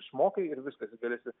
išmokai ir viskas ir galėsi